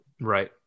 right